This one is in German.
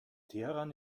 teheran